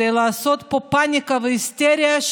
כדי לעשות פה פניקה והיסטריה,